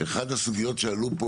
אחת הסוגיות שעלו פה